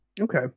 okay